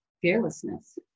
fearlessness